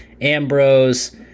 Ambrose